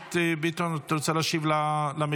הכנסת ביטון, אתה רוצה להשיב למתנגד?